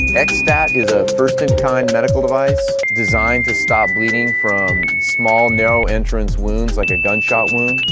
xstat is a first-in-kind medical device designed to stop bleeding from small narrow entrance wounds like a gunshot wound.